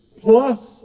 plus